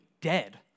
dead